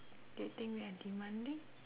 do you think we are demanding